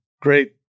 great